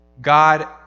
God